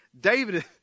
David